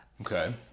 Okay